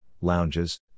lounges